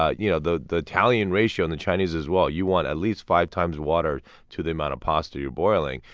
ah you know the the italian ratio and the chinese as well, you want at least five times water to the amount of pasta you're boiling.